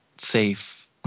safe